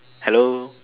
hello